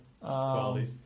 quality